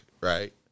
right